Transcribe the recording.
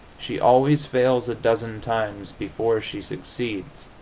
she always fails a dozen times before she succeeds